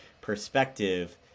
perspective